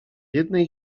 jednej